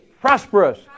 prosperous